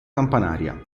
campanaria